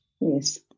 Yes